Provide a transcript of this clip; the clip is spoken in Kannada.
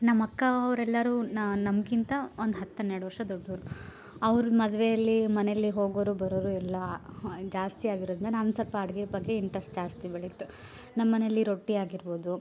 ನಮ್ಮಕ್ಕ ಅವರೆಲ್ಲರೂ ನಮ್ಕಿಂತ ಒಂದು ಹತ್ತು ಹನ್ನೆರಡು ವರ್ಷ ದೊಡ್ಡವರು ಅವ್ರ ಮದುವೆಯಲ್ಲಿ ಮನೆಲಿ ಹೋಗೊರೋ ಬರೋರು ಎಲ್ಲಾ ಜಾಸ್ತಿ ಆಗಿರೋದನ್ನ ನಾನು ಸ್ವಲ್ಪ ಅಡುಗೆ ಬಗ್ಗೆ ಇಂಟ್ರೆಸ್ಟ್ ಜಾಸ್ತಿ ಬೆಳಿತು ನಮ್ಮ ಮನೆಲಿ ರೊಟ್ಟಿ ಆಗಿರ್ಬೋದು